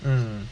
mm